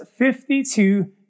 52